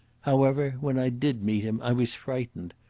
however, when i did meet him i was frightened.